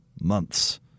months